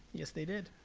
yes they did.